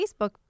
Facebook